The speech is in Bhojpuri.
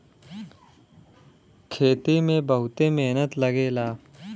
खेती में बहुते मेहनत लगेला